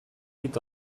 dit